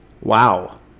Wow